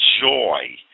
joy